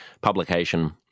publication